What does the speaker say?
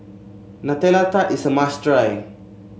Nutella Tart is a must try